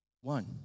One